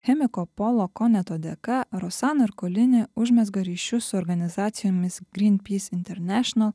chemiko paulo koneto dėka rosano erkolini užmezga ryšius su organizacijomis greenpeace international